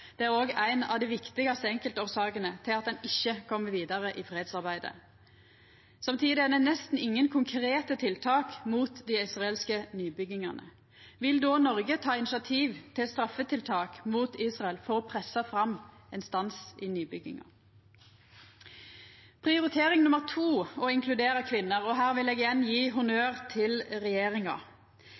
det er òg ei av dei viktigaste enkeltårsakene til at ein ikkje kjem vidare i fredsarbeidet. Samtidig er det nesten ingen konkrete tiltak mot dei israelske nybyggingane. Vil då Noreg ta initiativ til straffetiltak mot Israel for å pressa fram ein stans i nybygginga? Prioritering nummer to er å inkludera kvinner. Her vil eg igjen gje honnør til regjeringa.